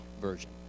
version